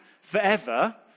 forever